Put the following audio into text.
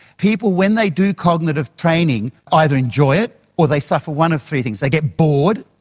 people when they do cognitive training either enjoy it or they suffer one of three things they get bored,